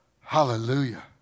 hallelujah